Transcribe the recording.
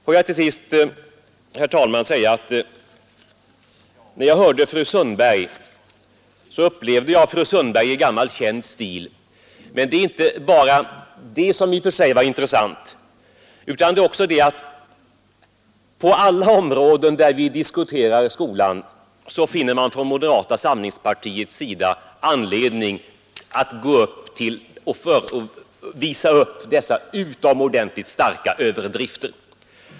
Får jag till sist, herr talman, säga att när jag hörde fru Sundbergs anförande upplevde jag det som ett inlägg i gammal känd stil. Men det är inte bara det som i och för sig är intressant, utan det är också det att på alla områden där vi diskuterar skolan finner man från moderata samlingspartiet anledning att visa upp dessa ytterst starka överdrifter.